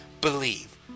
believe